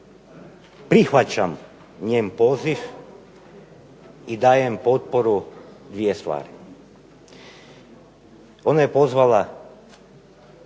prihvaćam njen poziv i dajem potporu u dvije stvari. Ona je pozvala